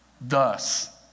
Thus